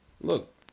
Look